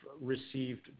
received